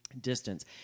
distance